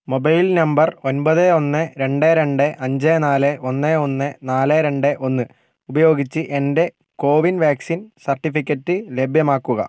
mobile number ഒൻപത് ഒന്ന് രണ്ട് രണ്ട് അഞ്ച് നാല് ഒന്ന് ഒന്ന് നാല് രണ്ട് ഒന്ന് ഉപയോഗിച്ച് എൻ്റെ കോവിൻ വാക്സിൻ സർട്ടിഫിക്കറ്റ് ലഭ്യമാക്കുക